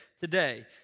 today